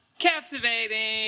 captivating